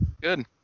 Good